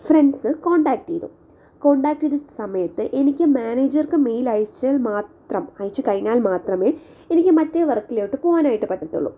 friends contact ചെയ്തു contact ചെയ്ത സമയത്ത് എനിക്ക് മാനേജർക്ക് മെയിൽ അയച്ചത് മാത്രം അയച്ച് കഴിഞ്ഞാൽ മാത്രമേ എനിക്ക് മറ്റേ വർക്കിലോട്ട് പോകാനായിട്ട് പറ്റത്തുള്ളു